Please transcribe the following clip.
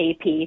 AP